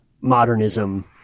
modernism